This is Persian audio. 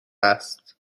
است